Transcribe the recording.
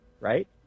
right